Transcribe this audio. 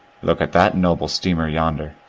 look at that noble steamer yonder.